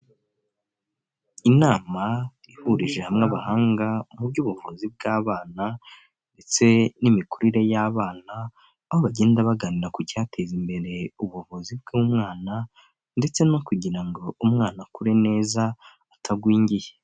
Inama ihurije hamwe abahanga mu by'ubuvuzi bw'abana ndetse n'imikurire y'abana aho bagenda baganira ku cyateza imbere ubuvuzi bw'umwana ndetse no kugira ngo umwana akure neza atagwingiye.